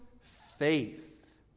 faith